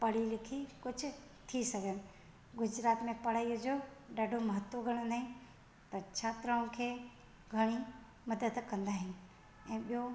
पढ़ी लिखी कुझु थी सघनि गुजरात में पढ़ाईअ जो ॾाढो महत्व कंदा आहिनि त छात्राउनि खे घणी मदद कंदा आहिनि ऐं ॿियो